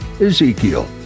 Ezekiel